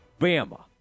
Bama